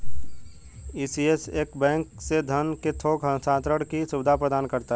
ECS एक bank से धन के थोक हस्तांतरण की सुविधा प्रदान करता है